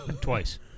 twice